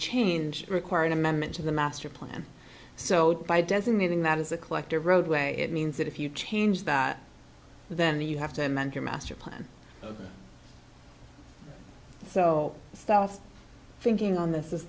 change require an amendment to the master plan so designating that as a collective roadway it means that if you change that then you have to amend your master plan so stealth thinking on this is